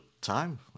time